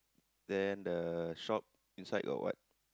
then the shop inside got what